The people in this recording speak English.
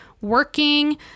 working